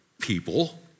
people